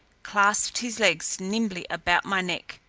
clasped his legs nimbly about my neck,